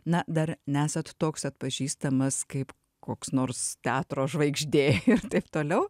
na dar nesat toks atpažįstamas kaip koks nors teatro žvaigždė ir taip toliau